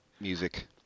music